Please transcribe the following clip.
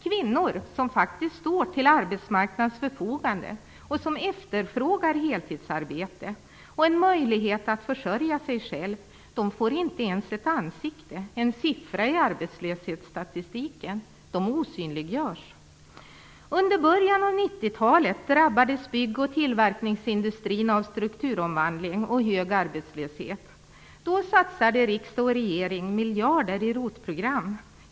Kvinnor som faktiskt står till arbetsmarknadens förfogande och som efterfrågar heltidsarbete och en möjlighet att försörja sig själva får inte ens ett ansikte. De får en siffra i arbetslöshetsstatistiken och osynliggörs. I början av 90-talet drabbades bygg och tillverkningsindustrin av strukturomvandling och hög arbetslöshet. Då satsade riksdag och regering miljarder på ROT-program.